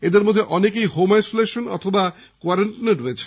এদের মধ্যে অনেকেই হোম আইসোলেশন অথবা কোয়ারান্টিনে রয়েছেন